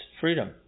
freedom